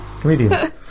Comedians